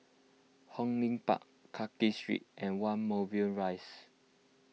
Hong Lim Park Clarke Street and one Moulmein Rise